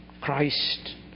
Christ